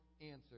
answer